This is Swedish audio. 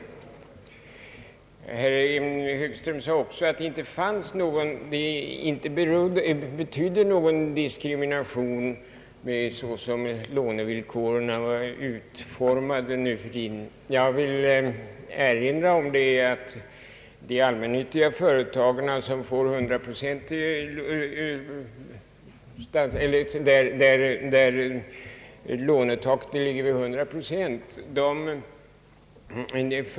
När herr Högström säger att det inte är någon diskriminering såsom lånevillkoren är utformade nu för tiden, vill jag erinra om att lånetaket för de allmännyttiga företagen är 100 procent.